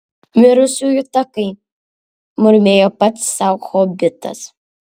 mirusiųjų takai murmėjo pats sau hobitas